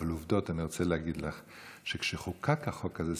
אבל עובדות אני רוצה להגיד לך: כשחוקק החוק הזה,